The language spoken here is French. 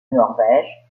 norvège